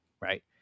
right